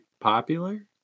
popular